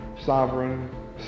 sovereign